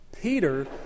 Peter